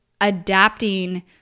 adapting